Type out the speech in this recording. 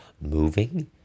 moving